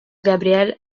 gabriel